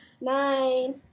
Nine